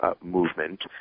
movement